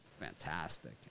fantastic